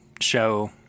show